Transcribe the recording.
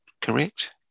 correct